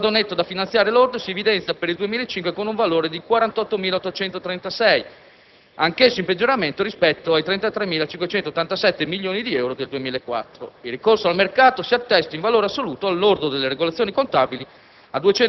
Il saldo netto da finanziare lordo si evidenzia per il 2005 con un valore di 48.836, anch'esso in peggioramento rispetto ai 33.587 milioni di euro del 2004. Il ricorso al mercato si attesta, in valore assoluto, al lordo delle regolazioni contabili,